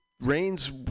rains